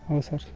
ହଉ ସାର୍